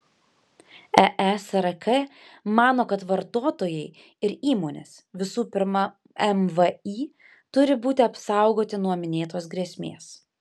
eesrk mano kad vartotojai ir įmonės visų pirma mvį turi būti apsaugoti nuo minėtos grėsmės